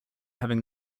having